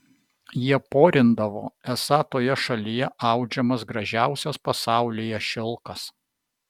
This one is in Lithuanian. jie porindavo esą toje šalyje audžiamas gražiausias pasaulyje šilkas